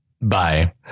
bye